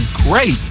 great